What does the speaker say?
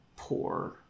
poor